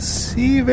see